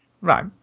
Right